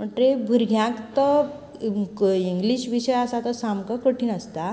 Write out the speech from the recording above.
मंटरी भुरग्यांक तो इंग्लिश आसा जो सामको कठीण आसता